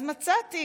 אז מצאתי.